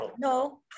no